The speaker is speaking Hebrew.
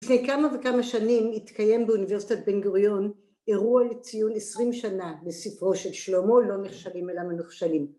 ‫לפני כמה וכמה שנים ‫התקיים באוניברסיטת בן גוריון ‫אירוע לציון 20 שנה ‫בספרו של שלמה ‫לא מחשבים אלא מנוכשלים.